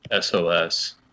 SOS